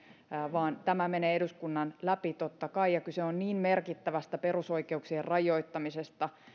vaan tämä menee eduskunnan läpi totta kai ja kyse on niin merkittävästä perusoikeuksien rajoittamisesta